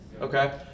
Okay